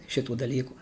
šitų dalykų